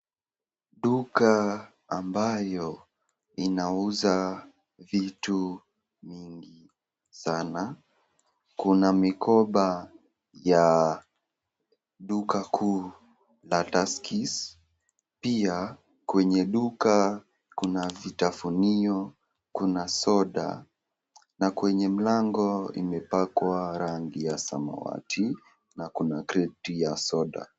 Duka ambayo inauza vitu mingi sana. Kuna mikomba ya duka kuu ya Tuskys, pia kwenye duka kuna vitafunio, kuna soda na kwenye mlango imepakwa rangi ya samawati na kuna kreti ya soda.